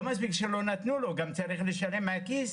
לא מספיק שלא נתנו לו, גם צריך לשלם מהכיס